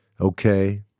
Okay